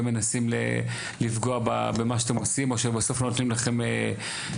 הם מנסים לפגוע במה שאתם עושים או שבסוף לא נותנים לכם תשובות.